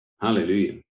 Hallelujah